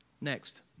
Next